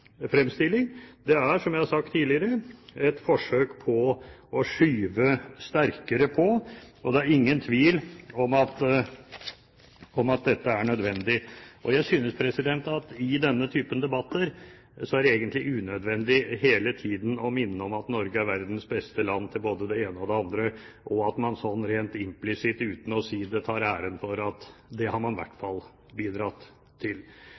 det er, som jeg har sagt tidligere, et forsøk på å skyve sterkere på. Det er ingen tvil om at dette er nødvendig. Jeg synes at i denne typen debatter er det egentlig unødvendig hele tiden å minne om at Norge er verdens beste land til både det ene og det andre, og at man rent implisitt, uten å si det, tar æren for at det har man i hvert fall bidratt til.